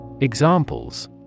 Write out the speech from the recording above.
Examples